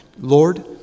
Lord